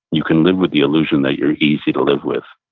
you can live with the illusion that you're easy to live with,